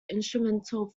instrumental